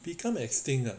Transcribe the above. become extinct ah